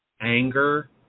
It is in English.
anger